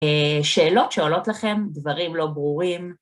שאלות שעולות לכם, דברים לא ברורים.